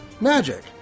magic